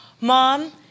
Mom